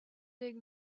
big